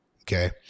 Okay